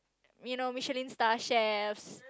you know Michelin star chefs